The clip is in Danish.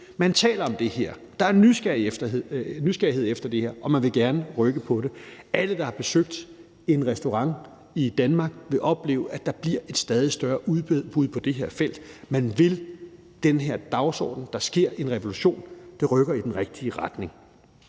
man taler om det her. Der er en nysgerrighed efter det her, og man vil gerne rykke på det. Alle, der besøger en restaurant i Danmark, vil opleve, at der bliver et stadig større udbud på det her felt. Man vil den her dagsorden. Der sker en revolution. Det rykker i den rigtige retning.